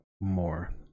more